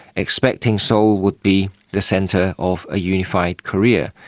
expecting seoul would be the centre of a unified korea,